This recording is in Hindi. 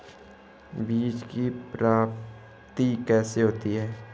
बीज की प्राप्ति कैसे होती है?